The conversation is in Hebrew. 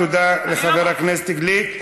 תודה לחבר הכנסת גליק.